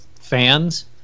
fans